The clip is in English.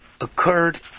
occurred